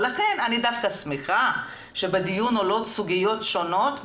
לכן אני דווקא שמחה שבדיון עולות סוגיות שונות,